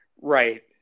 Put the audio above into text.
Right